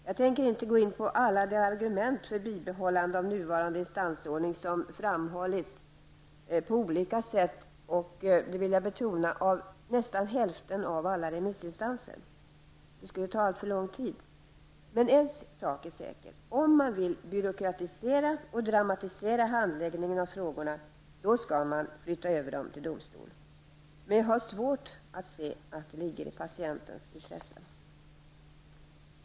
Jag tänker inte gå in på alla de argument för bibehållande av nuvarande instansordning som framhållits på olika sätt och -- det vill jag betona -- av nästan hälften av alla remissinstanser. Det skulle ta alltför lång tid. Men en sak är säker: Om man vill byråkratisera och dramatisera handläggningen av frågorna, då skall man överföra dem till domstol. Jag har emellertid svårt att inse att det ligger i patienternas intresse.